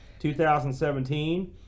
2017